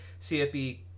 CFB